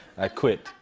i quit.